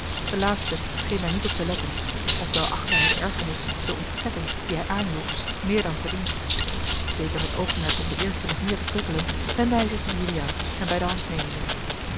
de laatste scheen daar niet op te letten of wel achtte hij de ergernis de ontzetting die hij aanjoeg meer dan verdiend zeker met oogmerk om den eerste nog meer te prikkelen wendde hij zich tot juliaan hem bij de hand nemende